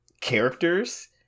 characters